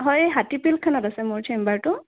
হয় হাতীপিলখানাত আছে মোৰ চেম্বাৰটো